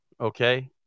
okay